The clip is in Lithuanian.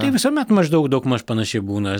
tai visuomet maždaug daugmaž panašiai būna